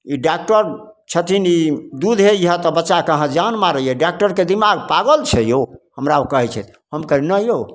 ई doctor छथिन ई दूधे इएह तऽ कि बच्चाके अहाँ जान मारैए डॉकटरके दिमाग पागल छै यौ हमरा ओ कहै छै हम कहलिए नहि यौ